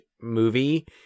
movie